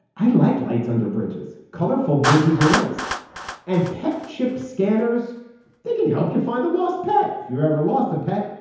i like lights under bridges. colorful bridges are nice and pet chip scanners can help you find a lost pet. if you ever lost a pet,